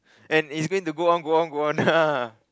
and it's mean to go on go on go on